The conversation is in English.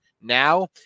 Now